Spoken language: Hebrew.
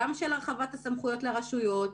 גם של הרחבת הסמכויות לרשויות,